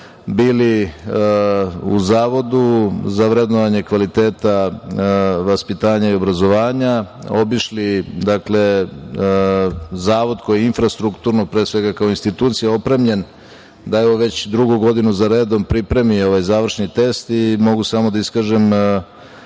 bili u Zavodu za vrednovanje kvaliteta vaspitanja i obrazovanja. Obišli Zavod koji je infrastrukturno, pre svega, kao institucija opremljen, da, evo, već drugu godinu za redom pripremi ovaj završni test i mogu samo da iskažem